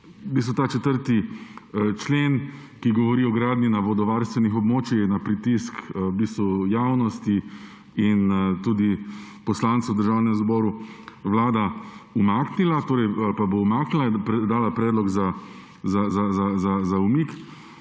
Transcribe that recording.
Ta 4. člen, ki govori o gradnji na vodovarstvenih območjih, je na pritisk javnosti in poslancev v Državnem zboru Vlada umaknila ali pa bo umaknila oziroma dala predlog za umik,